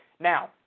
Now